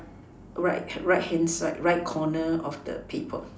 right right hand side right corner of the paper